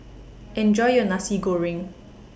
Enjoy your Nasi Goreng